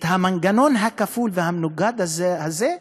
המנגנון הכפול והמנוגד הזה,